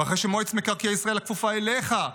ואחרי שמועצת מקרקעי ישראל הכפופה אליך,